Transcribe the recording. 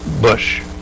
Bush